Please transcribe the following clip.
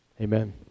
amen